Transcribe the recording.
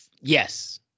yes